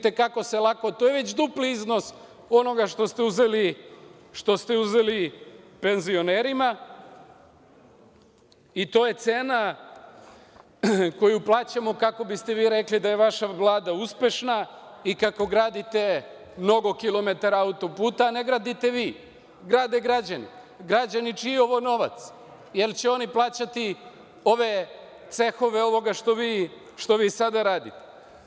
To je već dupli iznos onoga što ste uzeli penzionerima i to je cena koju plaćamo kako biste vi rekli da je vaša Vlada uspešna i kako gradite mnogo kilometara autoputa, a ne gradite vi, grade građani, građani čiji je ovo novac, jer će oni plaćati ove cehove ovoga što vi sada radite.